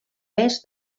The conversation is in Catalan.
més